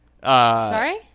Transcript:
Sorry